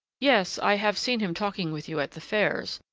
yes, i have seen him talking with you at the fairs,